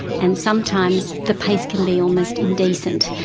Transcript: and sometimes the pace can be almost indecent,